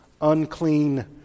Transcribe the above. unclean